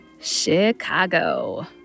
Chicago